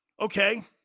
Okay